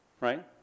right